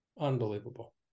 Unbelievable